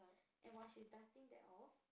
and while she is dusting that off